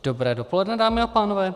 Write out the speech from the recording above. Dobré dopoledne, dámy a pánové.